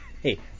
Hey